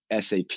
SAP